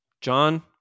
John